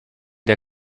der